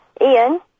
Ian